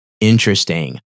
Interesting